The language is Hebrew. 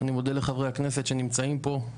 אני מודה לחברי הכנסת שנמצאים פה,